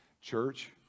Church